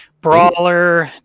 brawler